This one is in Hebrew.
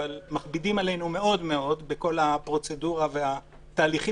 אבל מכבידים עלינו מאוד מאוד בכל הפרוצדורה והתהליכים,